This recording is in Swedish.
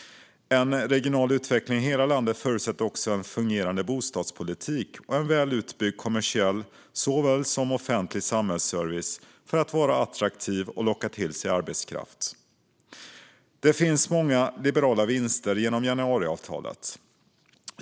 En regional utveckling i hela landet förutsätter också en fungerande bostadspolitik och en väl utbyggd kommersiell såväl som offentlig samhällsservice för att en ort ska vara attraktiv och locka till sig arbetskraft. Det finns många liberala vinster i januariavtalet.